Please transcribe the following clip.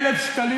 1,000 שקלים,